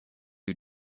who